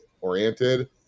oriented